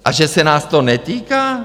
A že se nás to netýká?